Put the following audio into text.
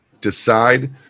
decide